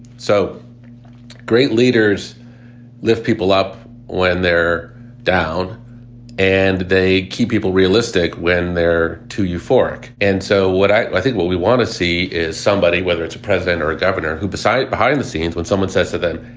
so great leaders lift people up when they're down and they keep people realistic when they're too euphoric. and so what i think what we want to see is somebody, whether it's a president or a governor, who beside behind the scenes, when someone says to them,